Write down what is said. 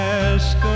ask